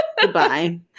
goodbye